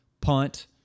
Punt